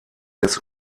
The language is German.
des